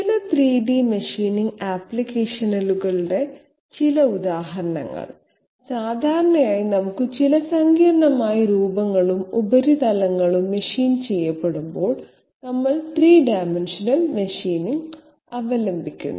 ചില 3D machining ആപ്ലിക്കേഷനുകളുടെ ചില ഉദാഹരണങ്ങൾ സാധാരണയായി നമുക്ക് ചില സങ്കീർണ്ണമായ രൂപങ്ങളും ഉപരിതലങ്ങളും മെഷീൻ ചെയ്യപ്പെടുമ്പോൾ നമ്മൾ 3 ഡൈമൻഷണൽ മെഷീനിംഗ് അവലംബിക്കുന്നു